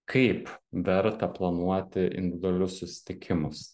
kaip verta planuoti individualius susitikimus